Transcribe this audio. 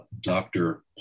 Dr